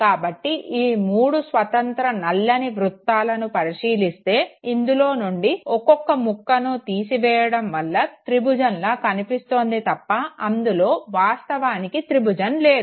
కాబట్టి ఈ మూడు స్వతంత్ర నల్లని వృత్తాలను పరిశీలిస్తే ఇందులో నుండి ఒక్కొక్క ముక్కని తీయడం వల్ల త్రిభుజంలా కనిపిస్తోంది తప్ప అందులో వాస్తవానికి త్రిభుజం లేదు